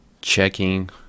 checking